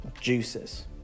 juices